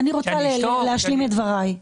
אני רוצה להשלים את דבריי.